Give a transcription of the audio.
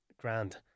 Grand